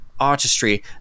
artistry